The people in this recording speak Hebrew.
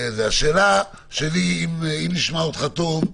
השאלה שלי, אם נשמע אותך היטב: